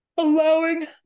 allowing